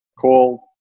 Call